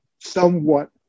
somewhat